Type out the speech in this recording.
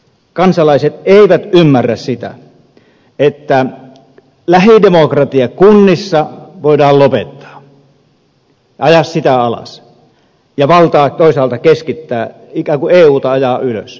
kansalaiset eivät ymmärrä sitä että lähidemokratia kunnissa voidaan lopettaa ajaa sitä alas ja valtaa toisaalta keskittää ikään kuin euta ajaa ylös